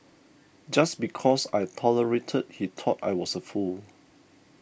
just because I tolerated he thought I was a fool